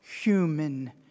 human